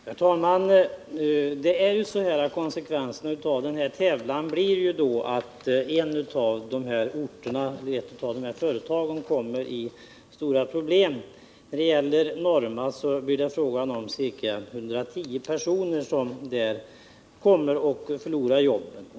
Herr talman! Konsekvenserna av denna tävlan blir ju att ett av företagen på dessa båda orter kommer att få stora problem. När det gäller Norma blir det fråga om att ca 110 personer kan komma att förlora sina jobb.